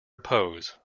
repose